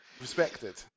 Respected